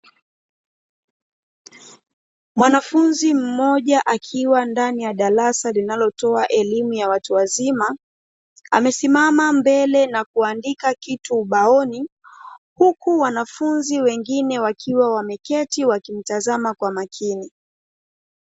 Mwanafunzi mmoja akiwa ndani ya darasa linalotoa elimu ya watu wazima amesimama mbele na kuandika kitu ubaoni huku wanafunzi wengine wakiwa wameketiwakimtazama kwa umakini.